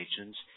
agents